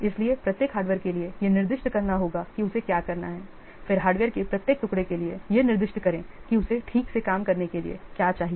इसलिए प्रत्येक हार्डवेयर के लिए यह निर्दिष्ट करना होगा कि उसे क्या करना है फिर हार्डवेयर के प्रत्येक टुकड़े के लिए यह निर्दिष्ट करें कि उसे ठीक से काम करने के लिए क्या चाहिए